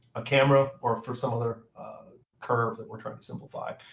a camera or for some other curve that we're trying to simplify.